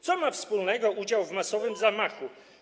Co ma wspólnego udział w masowym zamachu?